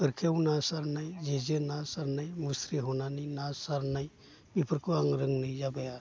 गरखायाव ना सारनाय जेजो ना सारनाय मुस्रि हनानै ना सारनाय बेफोरखौ आं रोंनाय जाबाय आरो